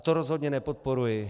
To rozhodně nepodporuji.